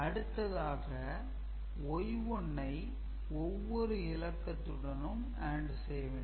அடுத்ததாக Y1 ஐ ஒவ்வொரு இலக்கத்துடனும் AND செய்ய வேண்டும்